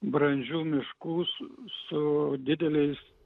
brandžių miškų su su dideliais